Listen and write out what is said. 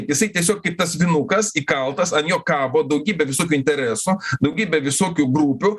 jisai tiesiog kaip tas vinukas įkaltas ant jo kabo daugybė visokių intereso daugybė visokių grupių